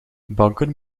banken